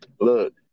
look